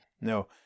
No